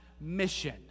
mission